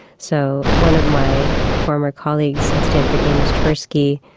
so one of my former colleagues at stanford, amos tversky,